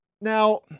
Now